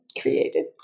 created